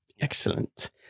Excellent